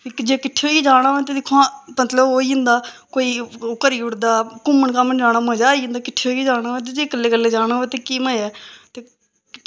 जे किट्ठे होइयै जाना होऐ ते दिक्खो हां मतलब ओह् होई जंदा कोई ओह् करी ओड़दा घूमन घामन जाना मज़ा आंई जंदा किट्ठे होइयै जाना होऐ ते जे कल्ले कल्ले जाना होऐ ते केह् मज़ा ऐ ते